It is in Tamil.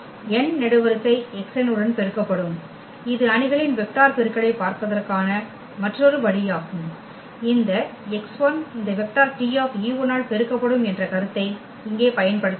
n நெடுவரிசை xn உடன் பெருக்கப்படும் இது அணிகளின் வெக்டர் பெருக்கலைப் பார்ப்பதற்கான மற்றொரு வழியாகும் இந்த x1 இந்த வெக்டர் T ஆல் பெருக்கப்படும் என்ற கருத்தை இங்கே பயன்படுத்தினோம்